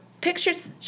pictures